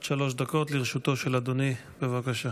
עד שלוש דקות לרשותו של אדוני, בבקשה.